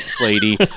lady